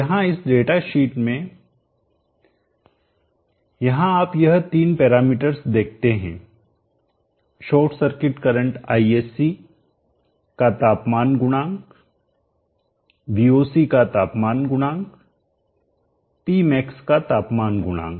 यहां इस डेटाशीट में यहां आप यह तीन पैरामीटर्स देखते हैं शॉर्ट सर्किट करंट Isc का तापमान गुणांक Voc का तापमान गुणांक Pmax का तापमान गुणांक